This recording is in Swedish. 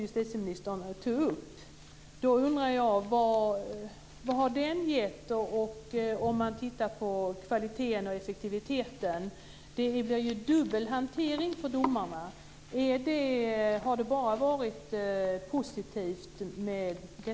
Jag undrar vad den har gett, om man tittar på kvaliteten och effektiviteten. Det blir dubbel hantering för domarna. Har detta försök bara varit positivt?